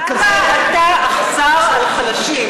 למה אתה אכזר על חלשים?